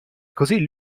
così